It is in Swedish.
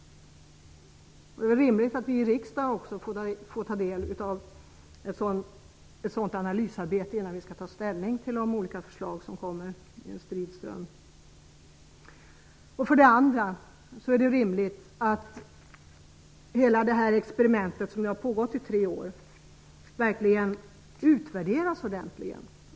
Det är rimligt att också vi i riksdagen får ta del av ett sådant analysarbete innan vi skall ta ställning till de olika förslag som kommer i en strid ström. För det andra är det rimligt att hela det experiment som nu har pågått i tre år verkligen utvärderas ordentligt.